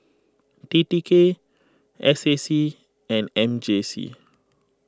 T T K S A C and M J C